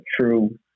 true